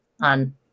on